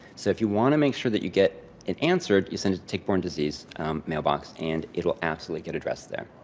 so, if you want to make sure that you get it answered, you send it to tick-borne disease mailbox, and it will absolutely get addressed there.